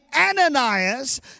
Ananias